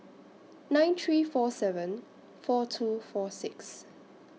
nine three four seven four two four six